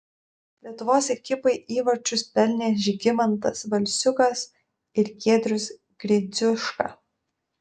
lietuvos ekipai įvarčius pelnė žygimantas balsiukas ir giedrius gridziuška